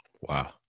Wow